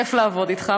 כיף לעבוד אתך,